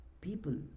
People